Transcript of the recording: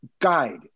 guide